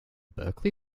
berkeley